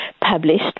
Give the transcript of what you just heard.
published